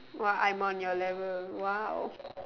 !wah! I'm on your level !wow!